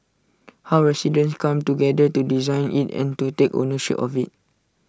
how residents come together to design IT and to take ownership of IT